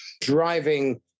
driving